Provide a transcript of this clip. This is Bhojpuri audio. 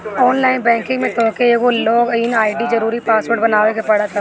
ऑनलाइन बैंकिंग में तोहके एगो लॉग इन आई.डी अउरी पासवर्ड बनावे के पड़त हवे